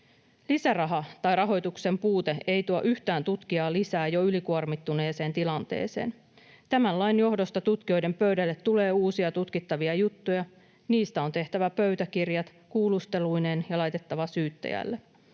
Lisäraha tai rahoituksen puute ei tuo yhtään tutkijaa lisää jo ylikuormittuneeseen tilanteeseen. Tämän lain johdosta tutkijoiden pöydälle tulee uusia tutkittavia juttuja. Niistä on tehtävä pöytäkirjat kuulusteluineen ja laitettava syyttäjälle.